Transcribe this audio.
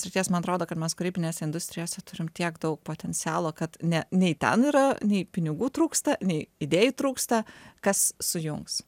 srities man atrodo kad mes kūrybinės industrijos jau turim tiek daug potencialo kad ne nei ten yra nei pinigų trūksta nei idėjų trūksta kas sujungs